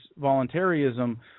voluntarism